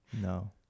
No